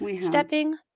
stepping